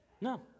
No